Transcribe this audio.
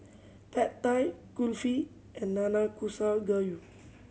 Pad Thai Kulfi and Nanakusa Gayu